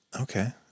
Okay